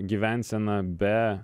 gyvenseną be